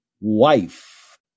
wife